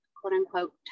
quote-unquote